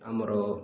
ଆମର